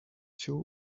two